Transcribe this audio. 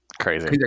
crazy